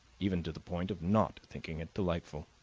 even to the point of not thinking it delightful.